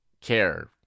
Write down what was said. care